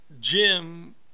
Jim